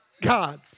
God